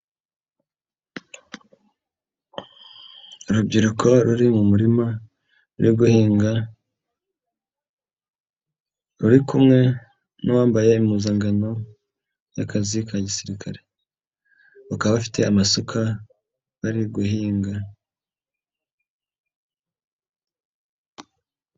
Urubyiruko ruri mu murima ruri guhinga, ruri kumwe n'uwambaye impuzankano y'akazi ka gisirikare, bakaba bafite amasuka bari guhinga.